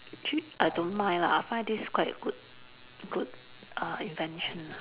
actually I don't mind lah I find this quite good good uh invention ah